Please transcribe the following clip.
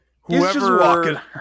whoever